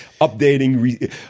updating